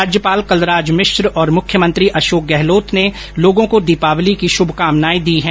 राज्यपाल कलराज मिश्र और मुख्यमंत्री अशोक गहलोत ने लोगों को दीपावली की शुभकामनाएं दी है